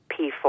P4